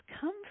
come